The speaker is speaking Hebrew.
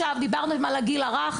דיברנו על נושא הגיל הרך,